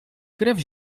krew